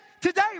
Today